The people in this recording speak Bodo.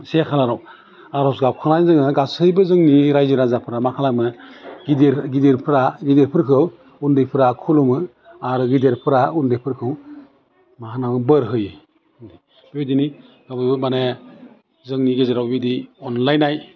से खालाराव आर'ज गाबखांनानै जोङो गासैबो जोंनि रायजो राजाफ्रा मा खालामो गिदिर गिदिरफ्रा गिदिरफोरखौ उन्दैफ्रा खुलुमो आरो गेदेरफ्रा उन्दैफोरखौ मा होन्नांगौ बोर होयो बिदिनो आवगायाव माने जोंनि गेजेराव बिदि अनलायनाय